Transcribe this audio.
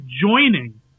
joining